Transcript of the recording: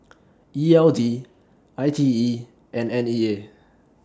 E L D I T E and N E A